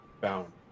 bound